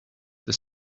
that